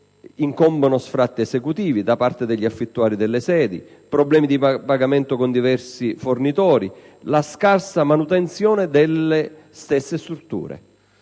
l'incombenza di sfratti esecutivi da parte degli affittuari delle sedi, problemi di pagamento con diversi fornitori e la scarsa manutenzione delle stesse strutture.